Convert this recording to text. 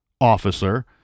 officer